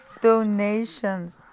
donations